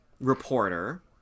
reporter